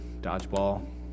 Dodgeball